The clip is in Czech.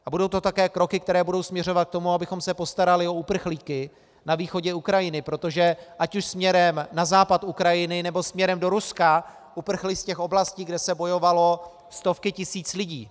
A budou to také kroky, které budou směřovat k tomu, abychom se postarali o uprchlíky na východě Ukrajiny, protože ať už směrem na západ Ukrajiny, nebo směrem do Ruska uprchly z těch oblastí, kde se bojovalo, stovky tisíc lidí.